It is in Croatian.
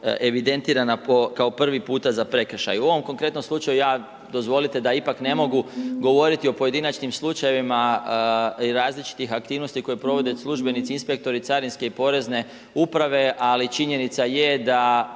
evidentirana po kao prvi puta za prekršaj. U ovom konkretnom slučaju ja dozvolite da ipak ne mogu govoriti o pojedinačnim slučajevima i različitih aktivnosti koje provode službenici, inspektori carinske i porezne uprave, ali činjenica je da